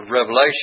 Revelation